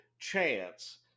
chance